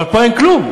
אבל פה אין כלום: